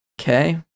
Okay